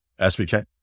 SBK